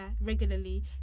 regularly